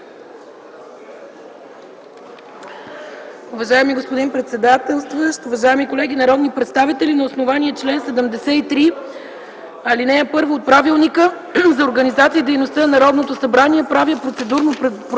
Уважаеми господин председател, уважаеми колеги народни представители! На основание чл. 73, ал. 1 от Правилника за организацията и дейността на Народното събрание правя процедурно предложение